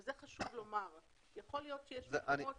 וזה חשוב לומר, יכול להיות שיש מקומות